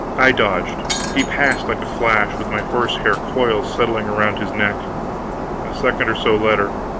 i dodged he passed like a flash, with my horse-hair coils settling around his neck a second or so later,